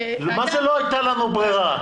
מה זה לא הייתה לנו ברירה?